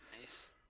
Nice